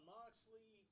Moxley